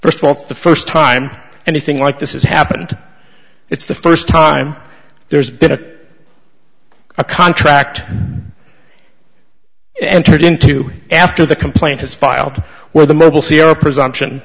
first wealth the first time anything like this has happened it's the first time there's been a a contract entered into after the complaint has filed where the mobile c e o presumption